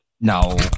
No